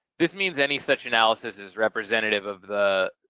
this means any such analysis is representative of the.